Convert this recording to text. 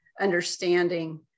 understanding